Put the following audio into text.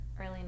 early